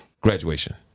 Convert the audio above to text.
Graduation